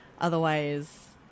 Otherwise